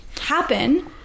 happen